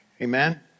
Amen